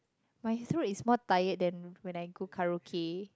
my throat is more tired than when I go karaoke